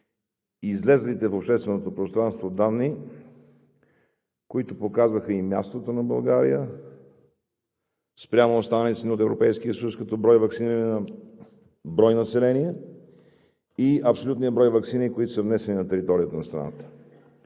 излезлите в общественото пространство данни, които показваха и мястото на България спрямо останалите страни от Европейския съюз като брой ваксинирани на брой население, и абсолютния брой ваксини, които са внесени на територията на страната.